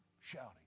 shouting